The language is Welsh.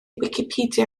wicipedia